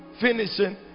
finishing